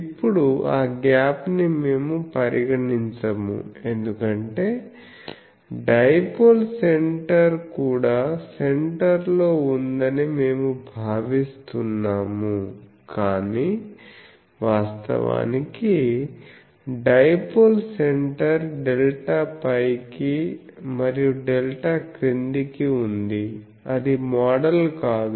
ఇప్పుడు ఆ గ్యాప్ ని మేము పరిగణించము ఎందుకంటే డైపోల్స్ సెంటర్ కూడా సెంటర్ లో ఉందని మేము భావిస్తున్నాము కాని వాస్తవానికి డైపోల్ సెంటర్ డెల్టా పైకి మరియు డెల్టా క్రిందికి ఉంది అది మోడల్ కాదు